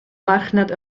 marchnad